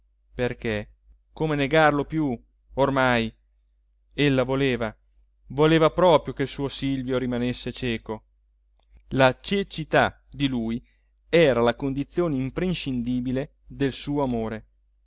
perché come negarlo più ormai ella voleva voleva proprio che il suo silvio rimanesse cieco la cecità di lui era la condizione imprescindibile del suo amore